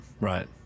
right